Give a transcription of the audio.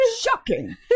Shocking